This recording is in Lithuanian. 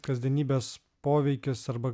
kasdienybės poveikis arba